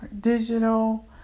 digital